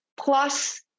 plus